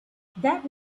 that